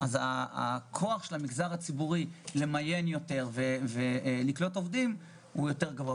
הכוח של המגזר הציבורי למיין ולקלוט עובדים הוא יותר גדול.